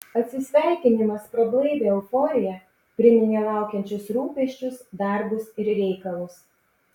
atsisveikinimas prablaivė euforiją priminė laukiančius rūpesčius darbus ir reikalus